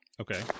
okay